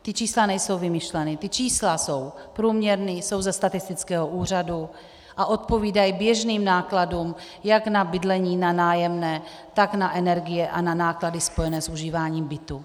Ta čísla nejsou vymyšlená, ta čísla jsou průměrná, jsou ze statistického úřadu a odpovídají běžným nákladům jak na bydlení, na nájemné, tak na energie a na náklady spojené s užíváním bytů.